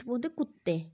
ओह्दे कुत्ते